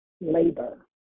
labor